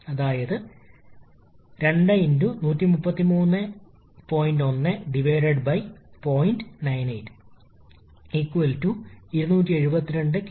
അതിനാൽ തുടക്കത്തിൽ നമ്മൾ ഒരൊറ്റ സ്റ്റേജ് കംപ്രഷനിൽ ശ്രദ്ധ കേന്ദ്രീകരിക്കുന്നു അത് നിങ്ങൾ പോയിന്റ് 1 മുതൽ പോയിന്റ് സി വരെ പോകുന്നു